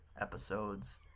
episodes